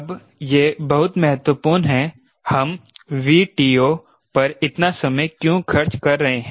अब यह बहुत महत्वपूर्ण है हम 𝑉TO पर इतना समय क्यों खर्च कर रहे हैं